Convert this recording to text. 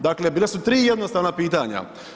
Dakle, bila su tri jednostavna pitanja.